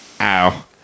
Ow